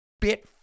bit